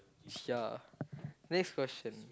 ya next question